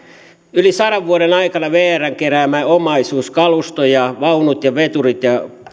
yli sadan vuoden aikana vrn keräämä omaisuus kalusto vaunut veturit